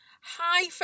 Hi